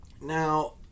Now